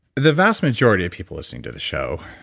the vast majority of people listening to the show